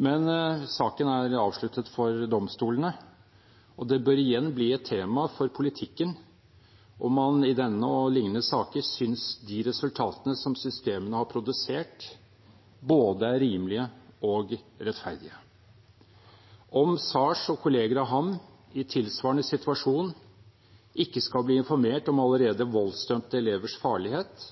Men saken er avsluttet for domstolene. Og det bør igjen bli et tema for politikken om man i denne og lignende saker synes de resultatene som systemene har produsert, er både rimelige og rettferdige, om Saers og kolleger av ham i tilsvarende situasjon ikke skal bli informert om allerede voldsdømte elevers farlighet